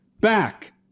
back